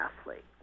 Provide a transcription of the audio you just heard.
athlete